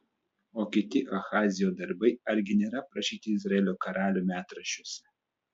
o kiti ahazijo darbai argi nėra aprašyti izraelio karalių metraščiuose